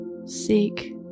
Seek